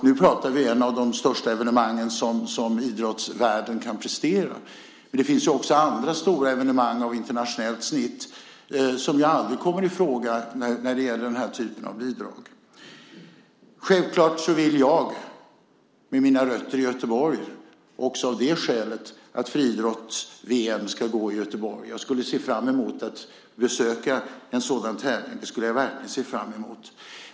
Nu pratar vi om ett av de största evenemangen som idrottsvärlden kan prestera. Men det finns också andra stora evenemang av internationellt snitt som aldrig kommer i fråga när det gäller den här typen av bidrag. Självklart vill jag med mina rötter i Göteborg, också av det skälet, att friidrotts-VM ska gå i Göteborg. Jag skulle se fram emot att besöka en sådan tävling. Det skulle jag verkligen se fram emot.